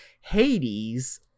Hades